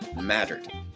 mattered